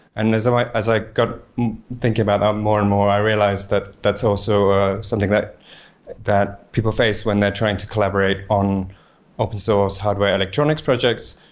and as i as i got thinking about that um more and more, i realized that that's also ah something that that people face when they're trying to collaborate on open source hardware electronics projects,